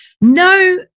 no